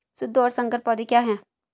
शुद्ध और संकर पौधे क्या हैं?